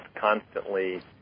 constantly